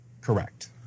Correct